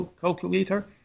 calculator